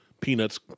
Peanuts